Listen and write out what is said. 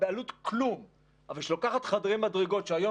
בעלות כלום אבל שלוקחת חדרי מדרגות שהיום